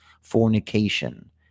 fornication